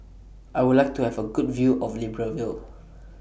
I Would like to Have A Good View of Libreville